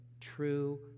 true